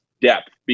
depth